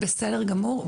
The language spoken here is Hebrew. בסדר גמור,